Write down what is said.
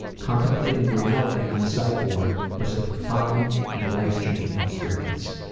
contemplating reality on the psych ward was a profound and life changing experience.